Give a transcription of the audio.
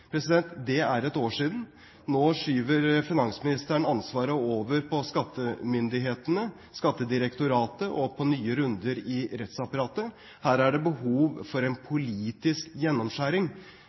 Det er ett år siden. Nå skyver finansministeren ansvaret over på skattemyndighetene, Skattedirektoratet, og på nye runder i rettsapparatet. Her er det behov for en politisk gjennomskjæring.